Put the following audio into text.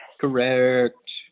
Correct